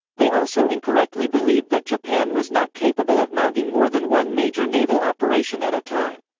they also incorrectly believed that japan was not capable of mounting more than one major naval operation at a time.